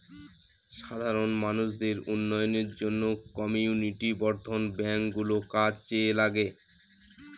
সাধারণ মানুষদের উন্নয়নের জন্য কমিউনিটি বর্ধন ব্যাঙ্ক গুলো কাজে লাগে